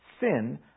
sin